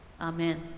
amen